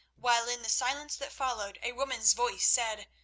while in the silence that followed a woman's voice said,